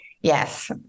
Yes